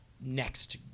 next